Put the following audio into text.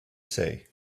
say